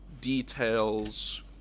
details